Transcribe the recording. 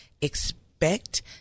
Expect